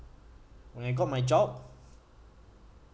when I got my job